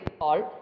called